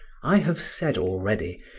i have said already,